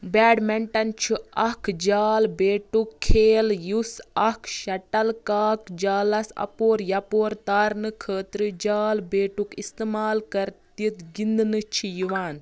badminton چھُ اَکھ جال بیٹُک کھیل یُس اَکھ شٹل کاک جالس اَپورِ یَپور تارنہٕ خٲطرٕ جال بیٹُک اِستعمال کٔرِتھ گِنٛدنہٕ چھِ یِوان